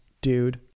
dude